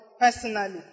personally